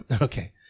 Okay